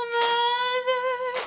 mother